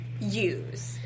use